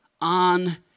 on